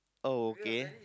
oh okay